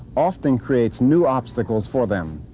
often creates new obstacles for them.